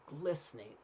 glistening